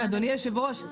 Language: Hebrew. אדוני היושב ראש,